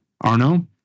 Arno